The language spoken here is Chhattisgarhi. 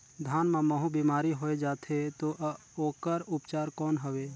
धान मां महू बीमारी होय जाथे तो ओकर उपचार कौन हवे?